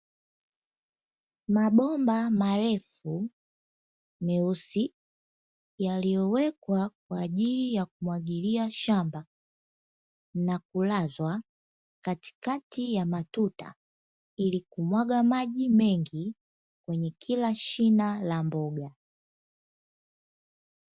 Mabomba marefu meusi yaliyowekwa kwa ajili ya kumwagilia shamba na kulazwa katikati ya matuta, ili kumwaga maji mengi kwenye kila shina la mboga.